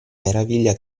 meraviglia